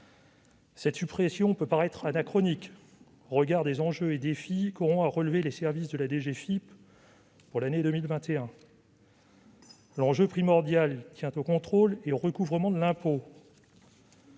Cette suppression peut paraître anachronique au regard des enjeux et défis qu'auront à relever les services de la DGFiP l'année prochaine, les principaux étant le contrôle et le recouvrement de l'impôt.